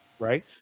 Right